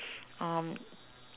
um